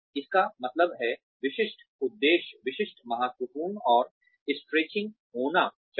इसका का मतलब है विशिष्ट उद्देश्य विशिष्ट महत्वपूर्ण और स्ट्रेचिंग होना चाहिए